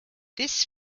this